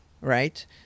right